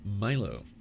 Milo